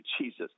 Jesus